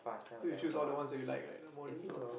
cause you choose all the ones that you like right the modules all